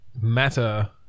matter